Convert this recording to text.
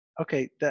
Okay